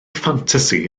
ffantasi